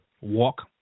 walk